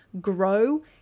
grow